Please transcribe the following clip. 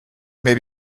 may